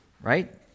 right